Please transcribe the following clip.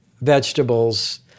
vegetables